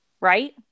Right